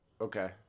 Okay